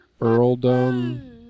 Earldom